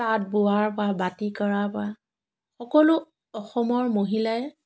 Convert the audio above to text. তাঁত বোৱাৰ পৰা বাতি কৰাৰ পৰা সকলো অসমৰ মহিলাই